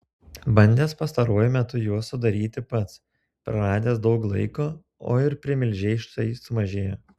bandęs pastaruoju metu juos sudaryti pats praradęs daug laiko o ir primilžiai štai sumažėjo